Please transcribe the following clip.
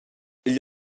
igl